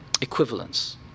equivalence